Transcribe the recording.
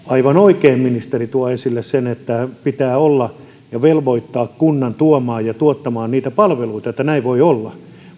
aivan oikein ministeri tuo esille sen että pitää velvoittaa kunta tuomaan ja tuottamaan niitä palveluita niin että näin voi olla